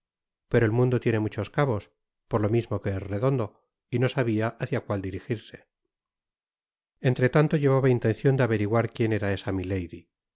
pero el mundo tiene muchos cabos por lo mismo que es redondo y no sabia hácia cual dirijirse entretanto llevaba intencion de averiguar quien era esa milady